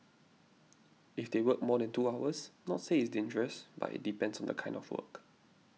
if they work more than two hours not say it's dangerous but it depends on the kind of work